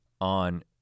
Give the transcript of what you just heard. on